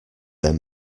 there